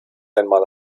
einmal